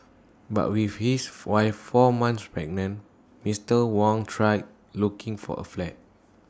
but with his wife four months pregnant Mister Wang tried looking for A flat